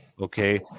Okay